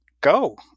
Go